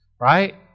Right